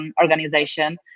organization